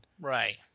Right